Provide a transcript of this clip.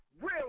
Real